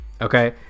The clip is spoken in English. Okay